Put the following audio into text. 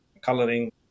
coloring